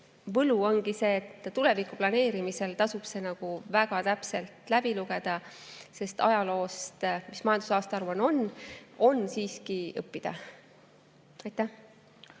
võlu ongi see, et tuleviku planeerimisel tasub see väga täpselt läbi lugeda, sest ajaloost, mida majandusaasta aruanne on, on siiski õppida. Suur